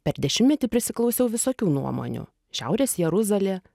per dešimtmetį prisiklausiau visokių nuomonių šiaurės jeruzalė